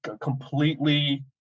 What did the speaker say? completely